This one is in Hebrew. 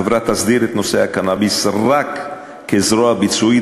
החברה תסדיר את נושא הקנאביס רק כזרוע ביצועית